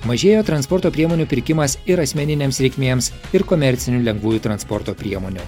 mažėjo transporto priemonių pirkimas ir asmeninėms reikmėms ir komercinių lengvųjų transporto priemonių